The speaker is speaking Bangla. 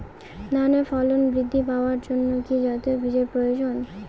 ধানে ফলন বৃদ্ধি পাওয়ার জন্য কি জাতীয় বীজের প্রয়োজন?